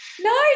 No